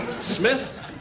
Smith